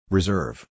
Reserve